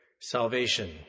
salvation